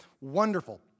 wonderful